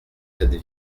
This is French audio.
cette